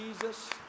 Jesus